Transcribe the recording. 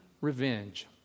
revenge